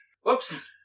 Whoops